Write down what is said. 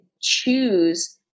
choose